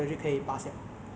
overwhelming